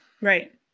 Right